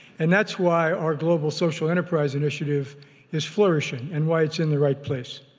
and that's why our global social enterprise initiative is flourishing, and why it's in the right place.